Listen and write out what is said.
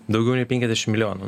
daugiau nei penkiasdešim milijonų